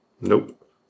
nope